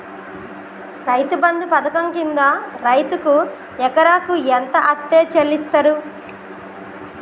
రైతు బంధు పథకం కింద రైతుకు ఎకరాకు ఎంత అత్తే చెల్లిస్తరు?